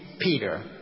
Peter